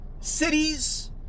cities